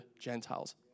Gentiles